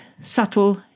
subtle